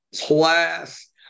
class